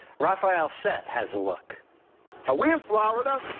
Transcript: raphael seth has a look ah we're florida.